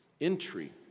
Entry